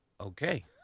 Okay